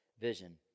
vision